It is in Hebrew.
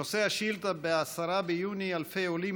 נושא השאילתה: ב-10 ביוני אלפי עולים